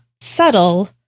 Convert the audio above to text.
subtle